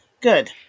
Good